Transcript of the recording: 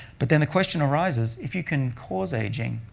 but then the question arises, if you can cause aging,